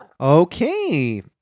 Okay